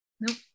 Nope